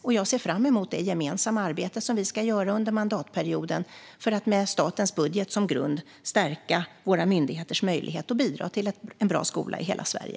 Och jag ser fram emot vårt gemensamma arbete under mandatperioden för att med statens budget som grund stärka våra myndigheters möjligheter att bidra till en bra skola i hela Sverige.